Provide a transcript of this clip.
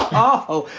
oh!